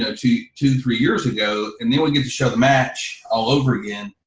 know, two to three years ago, and they will get to show the match all over again,